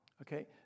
okay